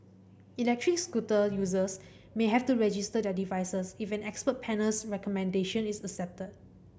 electric scooter users may have to register their devices if an expert panel's recommendation is accepted